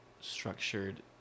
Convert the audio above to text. structured